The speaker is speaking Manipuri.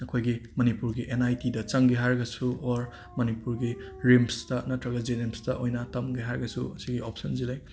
ꯑꯩꯈꯣꯏꯒꯤ ꯃꯅꯤꯄꯨꯔꯒꯤ ꯑꯦꯟ ꯑꯥꯏ ꯇꯤꯗ ꯆꯪꯒꯦ ꯍꯥꯏꯔꯒꯁꯨ ꯑꯣꯔ ꯃꯅꯤꯄꯨꯔꯒꯤ ꯔꯤꯝꯁꯇ ꯅꯠꯇ꯭ꯔꯒ ꯖꯦꯅꯤꯝꯁꯇ ꯑꯣꯏꯅ ꯇꯝꯒꯦ ꯍꯥꯏꯔꯒꯁꯨ ꯑꯁꯤꯒꯤ ꯑꯣꯞꯁꯟ ꯑꯁꯦ ꯂꯩ